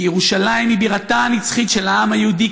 כי ירושלים היא בירתו הנצחית של העם היהודי.